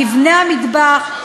מבנה המטווח,